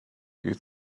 you